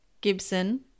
Gibson